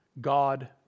God